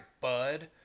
bud